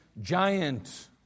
giant